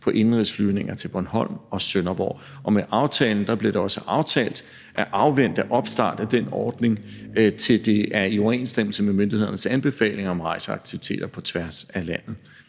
på indenrigsflyvninger til Bornholm og Sønderborg. Og med aftalen blev det også aftalt at afvente opstart af den ordning, til det er i overensstemmelse med myndighedernes anbefalinger om rejseaktiviteter på tværs af landet.